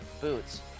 Boots